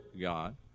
God